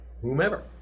whomever